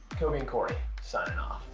coby and cory signing off.